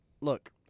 look